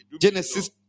Genesis